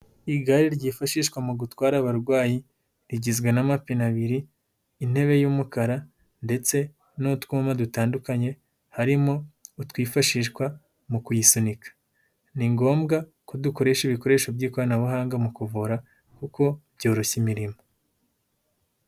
Igare ryifashishwa mu gutwara abarwayi, rigizwe n'amapine abiri, intebe y'umukara ndetse n'utwuma dutandukanye, harimo utwifashishwa mu kuyisunika. Ni ngombwa ko dukoresha ibikoresho by'ikoranabuhanga mu kuvura kuko byoroshya imirimo.